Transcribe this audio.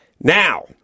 Now